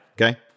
okay